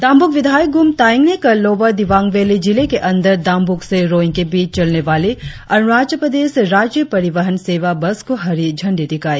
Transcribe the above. दाम्ब्रक विधायक ग्रम तायेंग ने कल लोअर दिबांग वैली जिले के अंदर दाम्ब्रक से रोईंग के बीच चलने वाली अरुणाचल प्रदेश राज्य परिवहन सेवा बस को हरी झंडी दिखाई